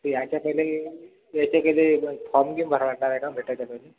यायच्या पहले यायच्या पहले फॉर्म बिम भरायचा आहे का भेटायच्या